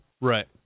Right